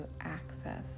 access